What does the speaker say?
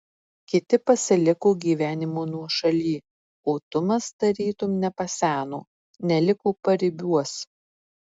kiti pasiliko gyvenimo nuošaly o tumas tarytum nepaseno neliko paribiuos